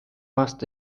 aasta